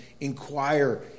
inquire